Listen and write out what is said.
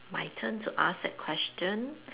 my turn to ask that question